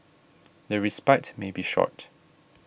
the respite may be short